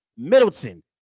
Middleton